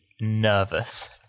nervous